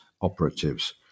operatives